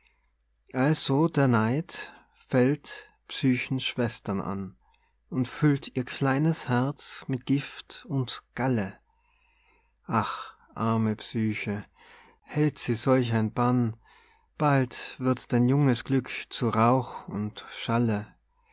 also der neid fällt psychens schwestern an und füllt ihr kleines herz mit gift und galle ach arme psyche hält sie solch ein bann bald wird dein junges glück zu rauch und schalle